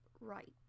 right